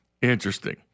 interesting